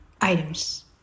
items